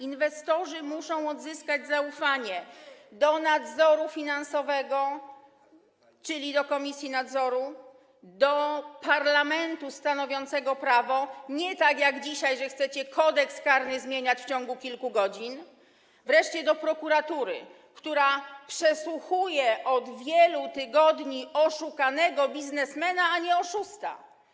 Inwestorzy muszą odzyskać zaufanie do nadzoru finansowego, czyli do komisji nadzoru, do parlamentu stanowiącego prawo - nie tak jak dzisiaj, kiedy chcecie Kodeks karny zmieniać w ciągu kilku godzin - wreszcie do prokuratury, która przesłuchuje od wielu tygodni oszukanego biznesmena, a nie oszusta.